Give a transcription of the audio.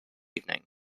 evening